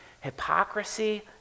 hypocrisy